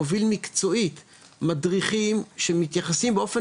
מוביל מקצועית מדריכים שמתייחסים באופן